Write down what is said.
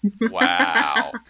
Wow